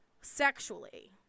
sexually